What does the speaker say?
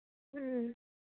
ꯎꯝ